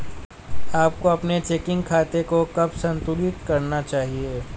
आपको अपने चेकिंग खाते को कब संतुलित करना चाहिए?